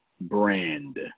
brand